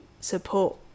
support